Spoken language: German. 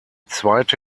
zweite